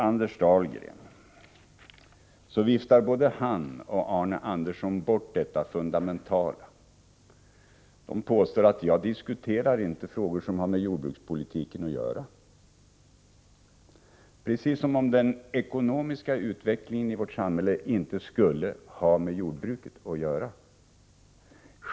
Anders Dahlgren och Arne Andersson i Ljung viftar bort det fundamentala, när de påstår att jag inte diskuterar frågor som har med jordbrukspolitiken att göra — precis som om den ekonomiska utvecklingen i vårt samhälle inte skulle ha med jordbruket att göra!